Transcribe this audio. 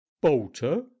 Bolter